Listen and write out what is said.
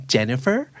Jennifer